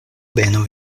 benu